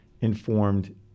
informed